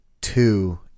two